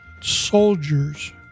soldiers